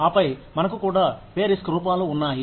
ఆపై మనకు కూడా పే రిస్క్ రూపాలు ఉన్నాయి